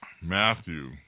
Matthew